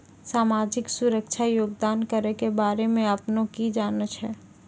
समाजिक सुरक्षा योगदान करो के बारे मे अपने कि जानै छो?